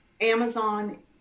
Amazon